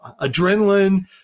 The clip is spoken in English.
adrenaline